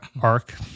arc